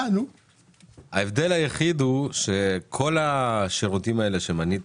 ההבדל היחיד הוא שכל השירותים שמנית